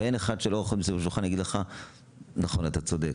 ואין אחד שיושב סביב השולחן הזה שיגיד שזה לא צודק.